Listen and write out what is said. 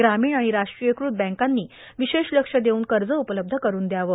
ग्रामीण आणि राष्ट्रीयकृत बँकांनी विशेष लक्ष देवून कर्ज उपलब्ध करून दद्यावं